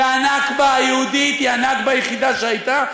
והנכבה היהודית היא הנכבה היחידה שהייתה.